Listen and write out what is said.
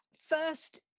First